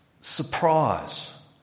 surprise